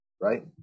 right